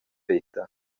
veta